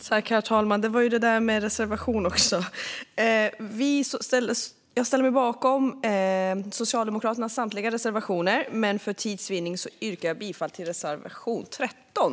Herr talman! Det var ju det där med reservation också! Jag ställer mig bakom Socialdemokraternas samtliga reservationer, men för tids vinning yrkar jag bifall endast till reservation 13.